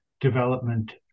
development